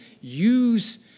use